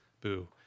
Boo